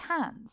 hands